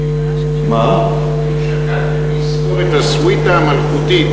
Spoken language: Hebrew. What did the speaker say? האם שקלתם לשכור את הסוויטה המלכותית